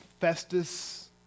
Festus